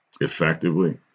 effectively